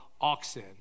oxen